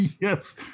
Yes